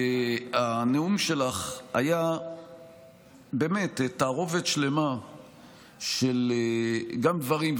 הנאום שלך היה באמת תערובת שלמה גם של דברים,